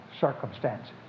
circumstances